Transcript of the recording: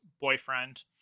boyfriend